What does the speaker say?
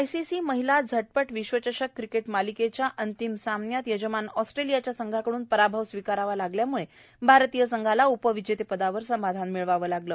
ICC महिला झा्पा विश्वचषक मालिकेच्या अंतिम सामन्यात यजमान ऑस्ट्रेलियाच्या संघाकडून पराभव स्वीकारवा लागल्यामुळे भारतीय संघाला उपविजेतेपदावर समाधान मानावं लागलं